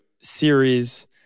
series